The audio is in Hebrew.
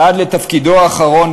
ועד לתפקידו האחרון,